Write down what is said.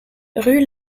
rue